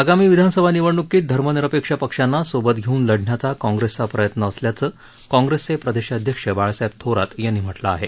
आगामी विधानसभा निवडण्कीत धर्मनिरपेक्ष पक्षांना सोबत घेवून लढण्याचा काँग्रेसचा प्रयत्न असल्याचं काँग्रेसचे प्रदेशाध्यक्ष बाळासाहेब थोरात यांनी म्हटलं आहे